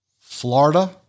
Florida